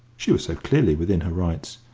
she was so clearly within her rights,